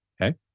okay